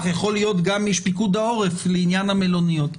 יכול להיות גם איש פיקוד העורף לעניין המלוניות.